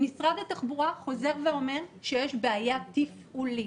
משרד התחבורה חוזר ואומר שיש בעיה תפעולית.